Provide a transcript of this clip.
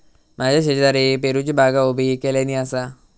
माझ्या शेजारी पेरूची बागा उभी केल्यानी आसा